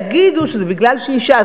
יגידו שזה בגלל שהיא אשה,